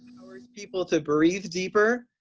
people to breath deeper,